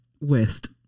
west